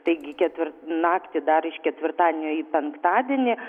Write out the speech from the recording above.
taigi ketvir naktį dar iš ketvirtadienio į penktadienį